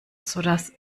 sodass